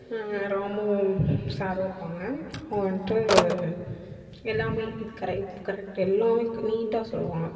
ராமு சாரும் இருப்பாங்க வன்ட்டு எல்லாமே உப்பு கரெக்ட்டு எல்லாமே நீட்டாக சொல்லுவாங்க